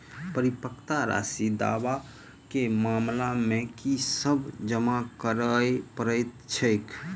परिपक्वता राशि दावा केँ मामला मे की सब जमा करै पड़तै छैक?